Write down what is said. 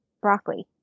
Broccoli